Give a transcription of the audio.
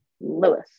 Lewis